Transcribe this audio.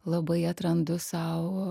labai atrandu sau